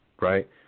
right